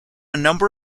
number